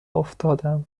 افتادم